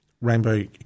Rainbow